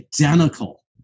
identical